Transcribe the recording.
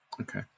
Okay